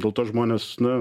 dėl to žmonės na